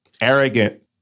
arrogant